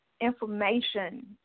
information